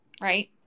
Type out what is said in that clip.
right